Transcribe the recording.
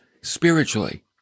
spiritually